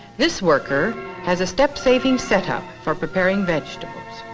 this worker has a step saving setup for preparing vegetables.